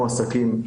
300 אלף מועסקים,